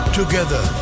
together